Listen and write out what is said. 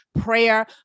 prayer